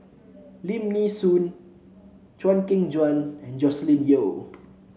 Lim Nee Soon Chew Kheng Chuan and Joscelin Yeo